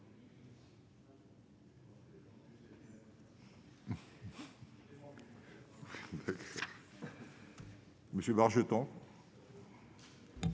Monsieur Bargeton.